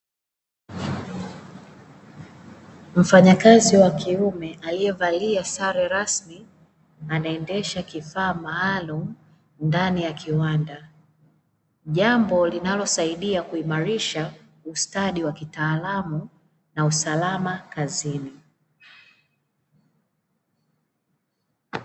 Mfanyakazi wa kiume aliyevalia sare rasmi anaendesha kifaa maalum ndani ya kiwanda. Jambo linalosaidia kuimarisha ustadi wa kitaalamu na usalama kazini.